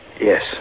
Yes